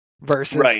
versus